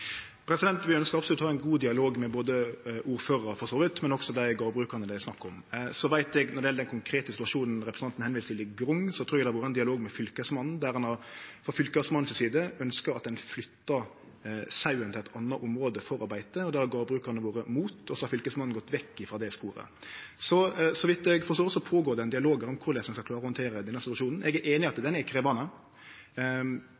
Vi ønskjer absolutt å ha ein god dialog med ordførarane for så vidt, men også med dei gardbrukarane det er snakk om. Når det gjeld den konkrete situasjonen representanten viser til i Grong, trur eg det har vore ein dialog med Fylkesmannen, der ein frå Fylkesmannen si side ønskjer at ein flyttar sauen til eit anna område for å beite. Det har gardbrukarane vore imot, og så har Fylkesmannen gått bort frå det sporet. Så vidt eg forstår, er det ein dialog om korleis ein skal handtere denne situasjonen. Eg er einig i at